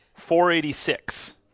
486